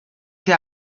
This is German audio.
sie